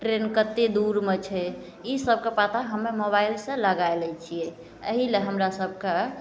train कतेक दूरमे छै ईसबके पता हमे मोबाइलसे लगै लै छिए एहिलए हमरासभकेँ